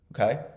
Okay